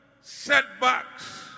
setbacks